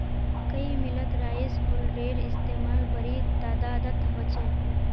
कई मिलत राइस हुलरेर इस्तेमाल बड़ी तदादत ह छे